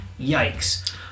Yikes